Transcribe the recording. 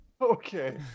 Okay